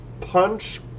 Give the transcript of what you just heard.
punch